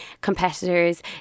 competitors